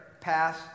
pass